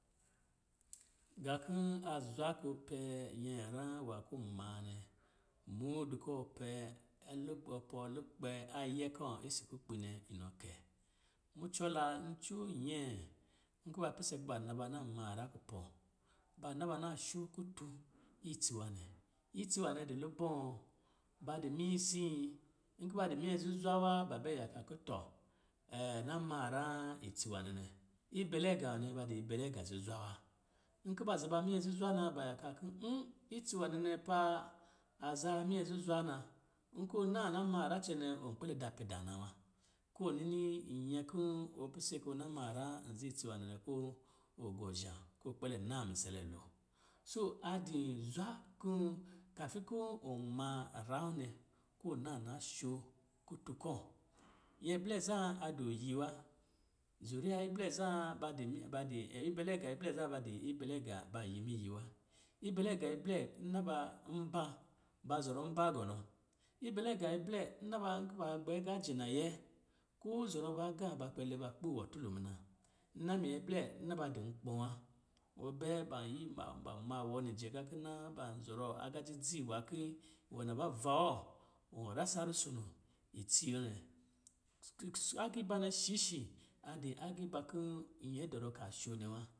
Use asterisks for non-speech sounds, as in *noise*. *noise* Ga kɔ̄ a zwa kɔ pɛ nyɛra nwá kɔ̄ maa nɛ, mudud kɔ ɔ pɛ, lu-ɔ pɔɔ lukpɛ ayɛ kɔ̄ isi kukpi nɛ, inɔ kɛ, mucɔ la ncoo nyɛɛ, nkɔ̄ ba pise kuba na ba na ma rá kupá, ba na ba na sho kutu itsi nwá nɛ. Itsi nwanɛ di lubɔ̄ɔ̄, ba di minyii sii, nkɔ̄ ba di minyɛ zuzwa waa, bna bɛ yaka kɔ̄ tɔ, na ma ráá itsi nwá nɛ nɛ. Ibɛlegá nwanɛ ba di ibɛlɛgá zuzwa wa. Nká ba za ba minyɛ zuzwa na ba yaka kɔ̄ mm, itsi nwanɛ nɛ paa, a zaa minyɛ zuzwa na. Nkɔ naa na ma rə cɛnɛ, ɔ kpɛlɛ da pɛ daa na wa. Ko ɔ nini nyɛ kɔ̄- ɔ pise kɔ na ma ra nziitsi nwanɛ, ko, ɔ gɔ zhá, ko gbɛlɛ naa misɛlɛ lo. Soo a dii zwa kɔ̄ɔ̄, kafi kɔ̄ ɔ̄ ma ra wɔ nɛ. ko ɔ naa na sho kutu kɔ. Nyɛ blɛ zaan a dɔɔ yi wa. Zuriya iblɛ zaan ba di, ba di ibɛlɛgá blɛ zan ba di ibɛlɛgá ba yi miyi wa. Ibɛlɛgá iblɛ, nna ba, mbá. Ba zɔrɔ mbá gɔnɔ. Ibɛlɛgá iblɛ, nna ba nkɔ̄ baa bɛ agá jɛ nayɛ, koo zɔrɔ ba agá ba kpɛ lɛ ba. Kpo iwɔ tulɔ muna. Nna minyɛ blɛ, nna ba du nkpɔ̄ wa. Ɔ pɛ ban yi ma-ma ban maa wɔ ni jeɛ gakɔ̄ naa, ban zɔrɔ aga dzidzi nwa kii iwɔ navava wɔ. wɔ rasa rusono itsi wɔ nɛ *unintelligible* agii banɛ shishi a di agiiba kɔ̄ nyɛ dɔrɔ ka sho nɛ wa.